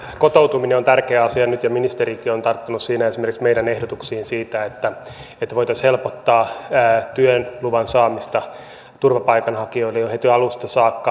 kotoutuminen on tärkeä asia nyt ja ministerikin on tarttunut siinä esimerkiksi meidän ehdotuksiimme siitä että voitaisiin helpottaa työluvan saamista turvapaikanhakijoille jo heti alusta saakka